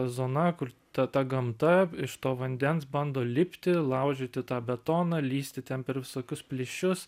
zona kur ta gamta iš to vandens bando lipti laužyti tą betoną lįsti ten per visokius plyšius